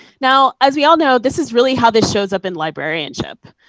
now, as we all know, this is really how this shows up in librarianship,